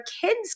kids